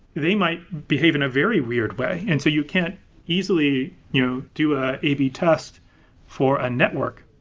they might behave in a very weird way. and so you can't easily you know do a a b test for a network.